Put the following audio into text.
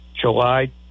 July